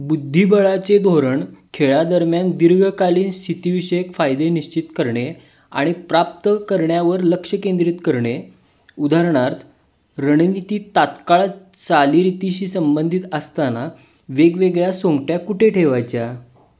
बुद्धिबळाचे धोरण खेळादरम्यान दीर्घकालीन स्थितीविषयक फायदे निश्चित करणे आणि प्राप्त करण्यावर लक्ष केंद्रित करणे उदाहरणार्थ रणनीती तात्काळ चालीरीतीशी संबंधित असताना वेगवेगळ्या सोंगट्या कुठे ठेवायच्या